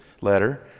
letter